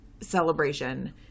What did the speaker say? celebration